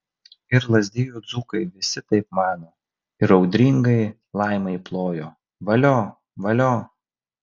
ir lazdijų dzūkai visi taip mano ir audringai laimai ploja valio valio